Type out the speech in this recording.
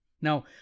Now